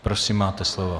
Prosím, máte slovo.